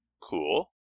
cool